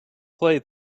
play